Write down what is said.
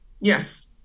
Yes